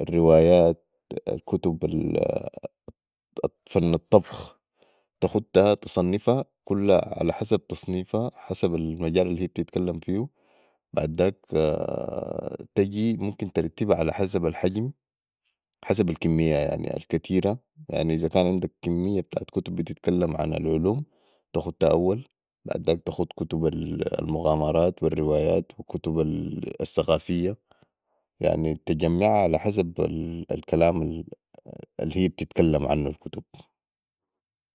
الرويات كتب فن الطبخ تختها تصنفا كلها علي حسب تصنفا حسب المجال الي هي بتتكلم فيهو بعداك تجي ممكن ترتبا على حسب الحجم حسب الكمية الكتيره يعني اذا كان عندك كميه بتاعت كتب بتتكلم عن العلوم تختها اول بعداك تخت كتب المغامرات والرويات وكتب الثقافية يعني تجمعا علي حسب الكلام الي هي بتتكلم عنو الكتب